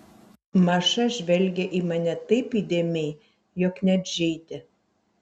maša žvelgė į mane taip įdėmiai jog net žeidė